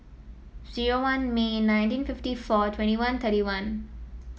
zero one May nineteen fifty four twenty one thirty one